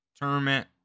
tournament